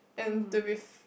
and to be f~